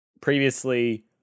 previously